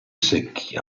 secchi